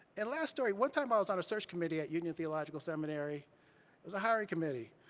and last story, one time i was on a search committee at union theological seminary, it was a hiring committee.